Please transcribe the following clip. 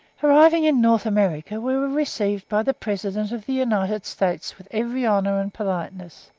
arriving in north america, we were received by the president of the united states with every honour and politeness.